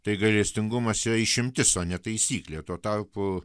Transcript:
tai gailestingumas yra išimtis o ne taisyklė tuo tarpu